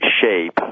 shape